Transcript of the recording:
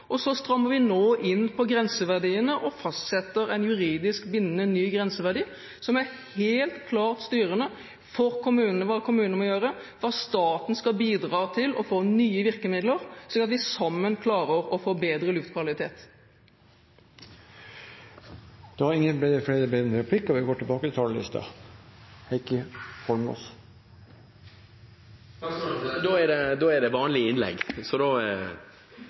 og så strammer vi nå inn på grenseverdiene og fastsetter en juridisk bindende, ny grenseverdi som er helt klart styrende for kommunene, for hva kommunene må gjøre, og staten skal bidra til å få nye virkemidler, slik at vi sammen klarer å få bedre luftkvalitet. Replikkordskiftet er omme. De talere som heretter får ordet, har en taletid på inntil 3 minutter. Men da er det vanlig innlegg, så da